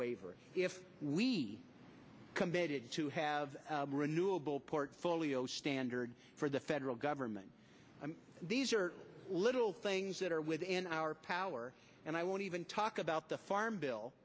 waiver if we committed to have renewal portfolio standard for the federal government these are little things that are within our power and i won't even talk about the farm bill